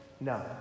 No